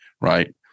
right